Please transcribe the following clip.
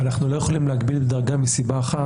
אנחנו לא יכולים להגביל דרגה מסיבה אחת,